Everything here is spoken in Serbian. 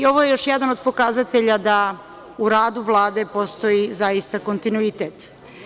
Ovo je još jedan od pokazatelja da u radu Vlade postoji zaista kontinuitet.